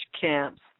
camps